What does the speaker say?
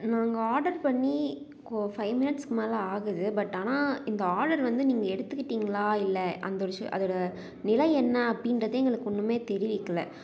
நாங்கள் ஆர்டர் பண்ணி கொ ஃபைவ் மினிட்ஸ்க்கு மேலே ஆகுது பட் ஆனால் இந்த ஆர்டர் வந்து நீங்கள் எடுத்துக்கிட்டீங்களா இல்லை அந்த ஒரு அதோடு நிலை என்ன அப்படின்றத எங்களுக்கு ஒன்றுமே தெரிவிக்கலை